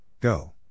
Go